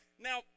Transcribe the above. Now